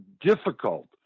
difficult